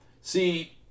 See